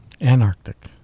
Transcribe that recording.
Antarctic